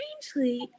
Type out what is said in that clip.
strangely